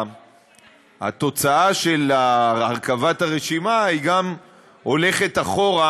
התוצאה של הרכבת הרשימה גם הולכת אחורה